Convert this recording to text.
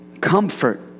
comfort